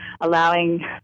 allowing